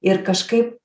ir kažkaip